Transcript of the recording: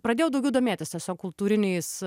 pradėjau daugiau domėtis tiesiog kultūriniais